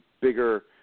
bigger –